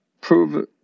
prove